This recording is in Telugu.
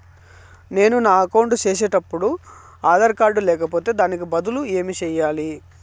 నేను నా అకౌంట్ సేసేటప్పుడు ఆధార్ కార్డు లేకపోతే దానికి బదులు ఏమి సెయ్యాలి?